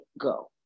go